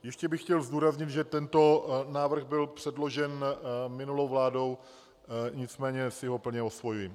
Ještě bych chtěl zdůraznit, že tento návrh byl předložen minulou vládou, nicméně si ho plně osvojuji.